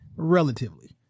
relatively